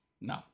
No